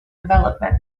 development